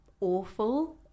awful